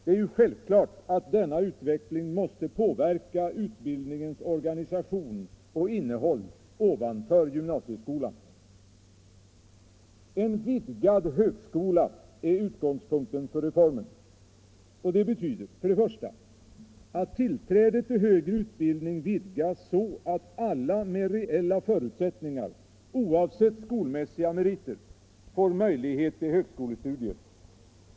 Det är ju självklart att denna utveckling måste påverka utbildningens organisation och innehåll ovanför gymnasieskolan. En vidgad högskola är utgångspunkten för reformen, och det betyder: För det första att tillträdet till högre utbildning vidgas så att alla med reella förutsättningar, oavsett skolmässiga meriter, får möjlighet till högskolestudier.